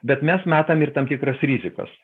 bet mes matom ir tam tikras rizikas